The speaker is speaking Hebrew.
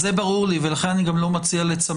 זה ברור לי ולכן אני גם לא מציע לצמצם.